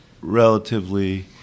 relatively